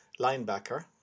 linebacker